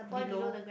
below